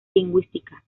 lingüística